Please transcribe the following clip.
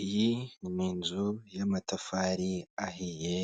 Iyi ni inzu y'amatafari ahiye,